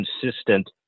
consistent